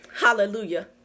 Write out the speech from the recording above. Hallelujah